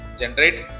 generate